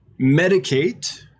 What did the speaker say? medicate